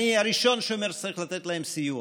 אני הראשון שאומר שצריך לתת להם סיוע,